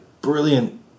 brilliant